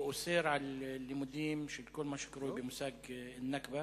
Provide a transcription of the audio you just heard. או אוסר על לימודים בכל מה שקשור במושג ה"נכבה".